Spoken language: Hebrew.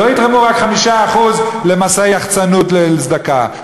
שלא יתרמו רק 5% למסעי יחצנות לצדקה,